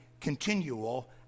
continual